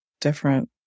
different